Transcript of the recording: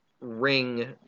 Ring